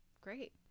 Great